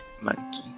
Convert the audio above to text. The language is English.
Monkey